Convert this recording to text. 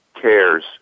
cares